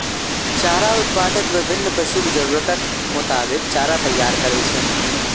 चारा उत्पादक विभिन्न पशुक जरूरतक मोताबिक चारा तैयार करै छै